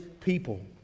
people